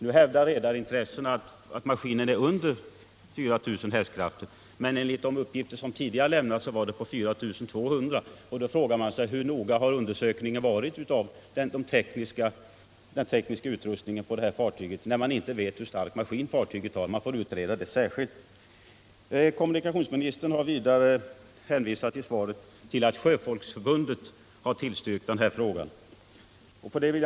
Nu hävdar redarintressena att maskinen är under 4000 hästkrafter, men enligt de uppgifter som tidigare lämnats har den 4200. Då frågar man sig: Hur noggrann har undersökningen varit av den tekniska utrustningen på det här fartyget, när man inte ens vet hur stark maskin det har, utan detta efteråt måste utredas särskilt? Kommunikationsministern har vidare i svaret hänvisat till att Sjöfolksförbundet tillstyrkt denna form av bemanning.